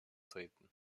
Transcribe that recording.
treten